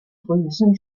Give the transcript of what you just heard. drüsen